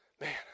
man